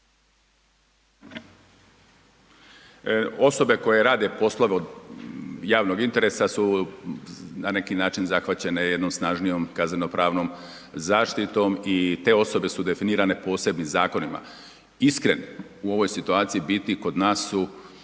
Osobe koje rade poslove od javnog interesa su na neki način zahvaćene jednom snažnijom kaznenopravnom zaštitom i te osobe su definirane posebnim zakonima. Iskreno, u ovoj situaciji biti kod nas su